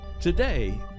Today